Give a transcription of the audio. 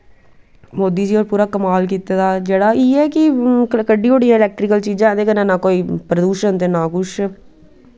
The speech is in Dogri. मोदी जी होरें कमाल कीते दा जेह्ड़ा इ'यै कि अजकल्ल कड्ढ़ी ओड़ियां इलैक्टरिकल चीजां ते कन्नै नां कोई प्रदूशन ते नां कुछ